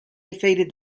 defeated